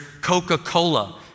Coca-Cola